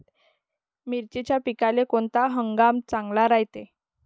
मिर्चीच्या पिकाले कोनता हंगाम चांगला रायते?